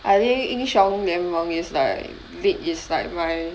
I think 英雄联盟 is like league is like my